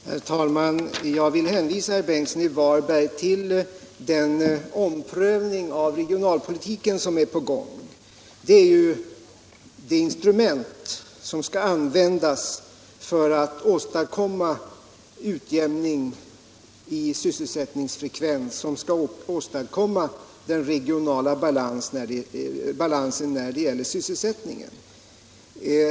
Herr talman! Jag vill hänvisa herr Ingemund Bengtsson i Varberg till den omprövning av regionalpolitiken som är på gång. Det är ju det instrument som skall användas för att åstadkomma utjämning i sysselsättningsfrekvens och som skall åstadkomma regional balans i sysselsättningen.